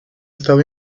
estado